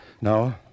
No